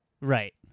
Right